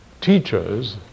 teachers